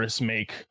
make